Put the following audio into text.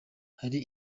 hari